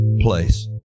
place